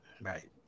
Right